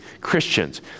Christians